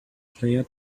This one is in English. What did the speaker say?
player